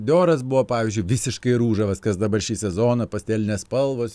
dioras buvo pavyzdžiui visiškai ružavas kas dabar šį sezoną pastelinės spalvos